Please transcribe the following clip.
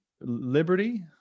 liberty